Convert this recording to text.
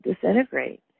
disintegrate